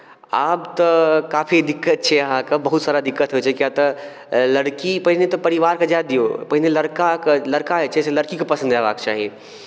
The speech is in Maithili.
आब तऽ काफी दिक्कत छै अहाँके बहुत सारा दिक्कत होइत छै किएक तऽ लड़की पहिने तऽ परिवारके जाय दियौ पहिने लड़काके लड़का जे छै से लड़कीके पसन्द अयबाक चाही